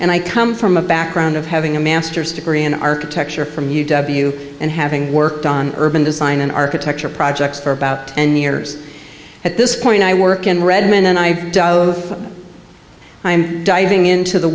and i come from a background of having a master's degree in architecture from you and having worked on urban design and architecture projects for about ten years at this point i work in redmond and i i'm diving into the